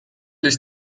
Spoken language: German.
ist